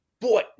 boy